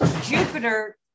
Jupiter